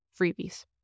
freebies